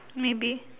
maybe